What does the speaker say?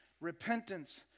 repentance